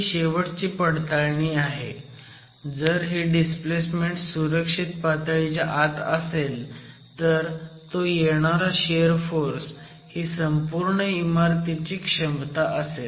ही शेवटची पडताळणी आहे आणि जर ही डिस्प्लेसमेन्ट सुरक्षित पातळीच्या आत असेल तर तो येणारा शियर फोर्स ही संपूर्ण इमारतीची क्षमता असेल